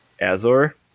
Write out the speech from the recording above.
Azor